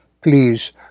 Please